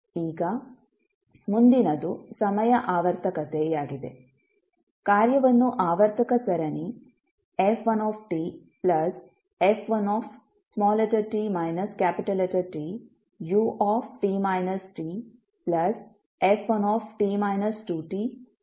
ಈಗ ಮುಂದಿನದು ಸಮಯ ಆವರ್ತಕತೆಯಾಗಿದೆ ಕಾರ್ಯವನ್ನು ಆವರ್ತಕ ಸರಣಿ f1tf1t Tut Tf1t 2Tut 2T